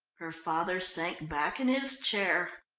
her father sank back in his chair.